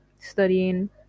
studying